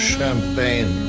Champagne